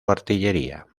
artillería